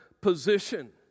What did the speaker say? position